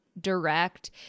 direct